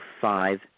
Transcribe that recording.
five